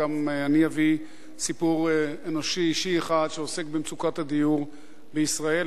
גם אני אביא סיפור אנושי אישי אחד שעוסק במצוקת הדיור בישראל.